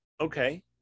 okay